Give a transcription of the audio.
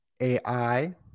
AI